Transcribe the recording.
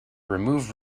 remove